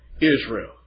Israel